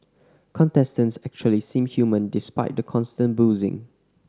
contestants actually seem human despite the constant boozing